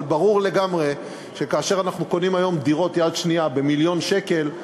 אבל ברור לגמרי שכאשר אנחנו קונים היום דירות יד שנייה במיליון שקל,